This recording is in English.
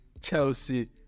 Chelsea